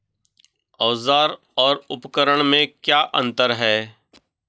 औज़ार और उपकरण में क्या अंतर है?